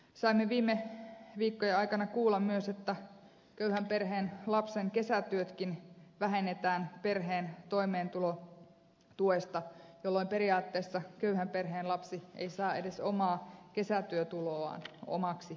saimme viime viikkojen aikana kuulla myös että köyhän perheen lapsen kesätyötkin vähennetään perheen toimeentulotuesta jolloin köyhän perheen lapsi ei periaatteessa saa edes omaa kesätyötuloaan omaksi rahaksi